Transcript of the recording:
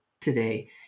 today